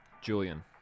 Julian